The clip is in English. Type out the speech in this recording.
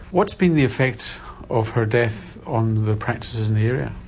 what's been the effect of her death on the practices in the area?